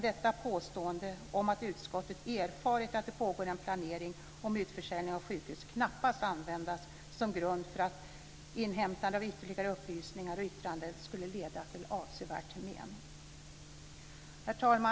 Detta påstående om att utskottet erfarit att det pågår en planering om utförsäljning av sjukhus kan knappast användas som grund för att inhämtande av ytterligare upplysningar och yttranden skulle leda till avsevärt men. Herr talman!